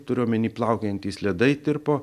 turiu omeny plaukiojantys ledai tirpo